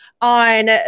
on